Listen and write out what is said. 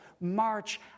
march